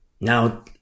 Now